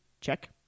Check